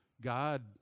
God